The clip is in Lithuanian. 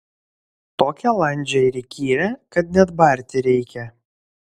tokią landžią ir įkyrią kad net barti reikia